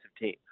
team